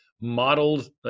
modeled